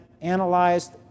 analyzed